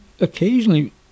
occasionally